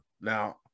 Now